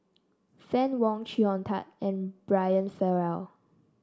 Fann Wong Chee Hong Tat and Brian Farrell